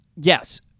Yes